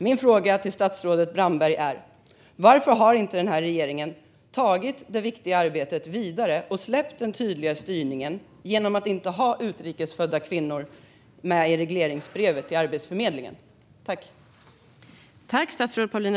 Min fråga till statsrådet Brandberg är: Varför har inte den här regeringen tagit detta viktiga arbete vidare? Och varför har man släppt den tydliga styrningen genom att inte ha utrikes födda kvinnor med i regleringsbrevet till Arbetsförmedlingen?